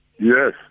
yes